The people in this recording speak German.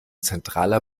zentraler